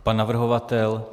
Pan navrhovatel?